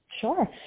Sure